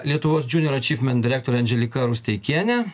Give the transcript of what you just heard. lietuvos junior achievement direktorė andželika rusteikienė